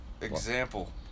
Example